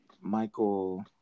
Michael